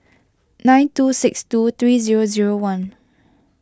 nine two six two three zero zero one